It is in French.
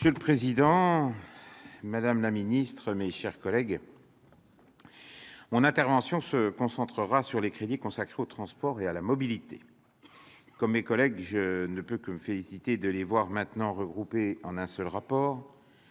Monsieur le président, madame la ministre, mes chers collègues, je me concentrerai, dans mon intervention, sur les crédits consacrés aux transports et à la mobilité. Comme mes collègues, je ne peux que me féliciter de les voir désormais regroupés en un seul rapport.